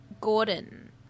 Gordon